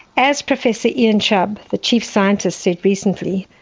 as professor ian chubb, the chief scientist, said recently,